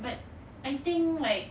but I think like